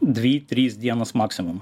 dvi tris dienas maksimum